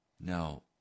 Now